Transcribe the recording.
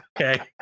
Okay